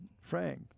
Frank